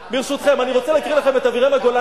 ברשותכם, אני רוצה להקריא לכם את אבירמה גולן.